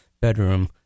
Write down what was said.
bedroom